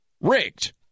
rigged